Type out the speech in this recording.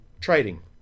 trading